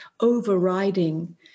overriding